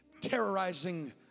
terrorizing